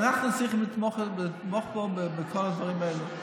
אנחנו צריכים לתמוך בו בכל הדברים האלו.